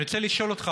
אני רוצה לשאול אותך,